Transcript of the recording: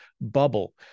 bubble